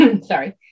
sorry